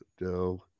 no